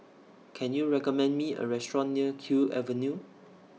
Can YOU recommend Me A Restaurant near Kew Avenue